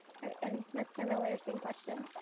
and mr. miller, same question.